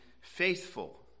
faithful